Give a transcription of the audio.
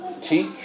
teach